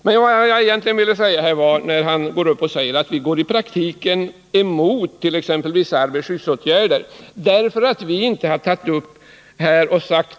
Men vad jag egentligen ville framhålla föranleddes av att Jörn Svensson menade att vi i praktiken går emot t.ex. vissa arbetarskyddsåtgärder, eftersom vi inte sagt nej till alla borgerliga förslag.